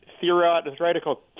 theoretical